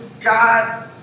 God